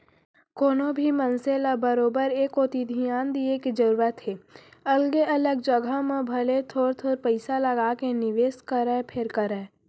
कोनो भी मनसे ल बरोबर ए कोती धियान दिये के जरूरत हे अलगे अलग जघा म भले थोर थोर पइसा लगाके निवेस करय फेर करय